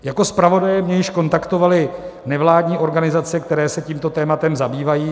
Jako zpravodaje mě již kontaktovaly nevládní organizace, které se tímto tématem zabývají.